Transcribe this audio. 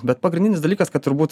bet pagrindinis dalykas kad turbūt